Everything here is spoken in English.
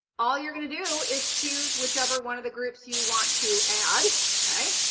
all you're going to do is choose whichever one of the groups you want to add. okay?